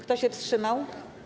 Kto się wstrzymał?